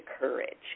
courage